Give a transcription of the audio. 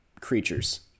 creatures